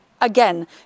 again